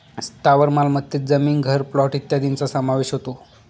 स्थावर मालमत्तेत जमीन, घर, प्लॉट इत्यादींचा समावेश होतो